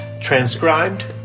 transcribed